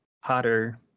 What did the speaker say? hotter